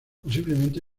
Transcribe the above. posiblemente